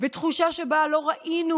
ותחושה שבה לא ראינו